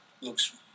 looks